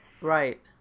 Right